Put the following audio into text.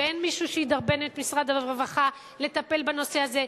ואין מישהו שידרבן את משרד הרווחה לטפל בנושא הזה,